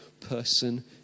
person